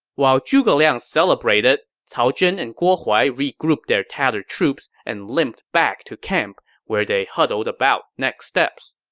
while zhuge liang celebrated, cao zhen and guo huai regrouped their tattered troops and limped back to camp, where they huddled about next steps